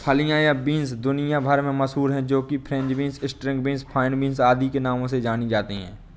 फलियां या बींस दुनिया भर में मशहूर है जो कि French beans, string beans, fine beans आदि नामों से जानी जाती है